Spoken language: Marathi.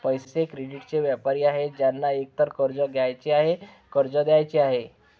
पैसे, क्रेडिटचे व्यापारी आहेत ज्यांना एकतर कर्ज घ्यायचे आहे, कर्ज द्यायचे आहे